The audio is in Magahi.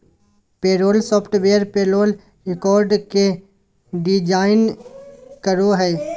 पेरोल सॉफ्टवेयर पेरोल रिकॉर्ड के डिजिटाइज करो हइ